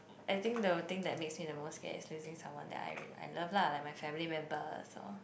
I think they'll think that makes me the most scare is using someone that I I love lah like my family member so